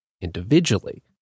individually